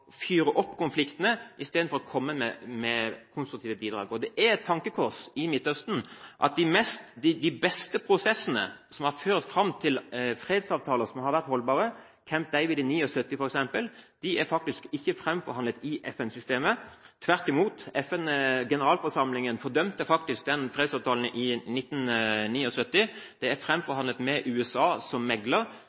fyre opp under konfliktene istedenfor å komme med konstruktive bidrag. Det er et tankekors i Midtøsten at de beste prosessene som har ført fram til fredsavtaler som har vært holdbare, f.eks. Camp David i 1979, faktisk ikke er fremforhandlet i FN-systemet. Tvert imot: Generalforsamlingen fordømte faktisk den fredsavtalen i 1979. Den ble fremforhandlet med USA som megler